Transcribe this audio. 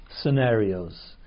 scenarios